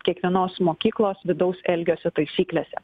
kiekvienos mokyklos vidaus elgesio taisyklėse